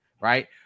Right